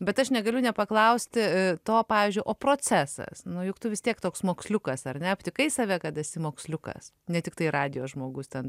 bet aš negaliu nepaklausti to pavyzdžiui o procesas nu juk tu vis tiek toks moksliukas ar ne aptikai save kad esi moksliukas ne tiktai radijo žmogus ten